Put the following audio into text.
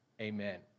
amen